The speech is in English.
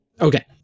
Okay